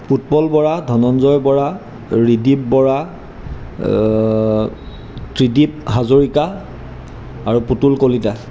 উৎপল বৰা ধনঞ্জয় বৰা ৰিদীপ বৰা ত্ৰিদীপ হাজৰিকা আৰু পুতুল কলিতা